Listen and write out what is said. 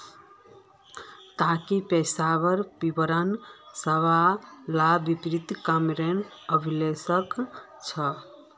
ताका पिसार विवरण सब ला वित्तिय कामेर अभिलेख छे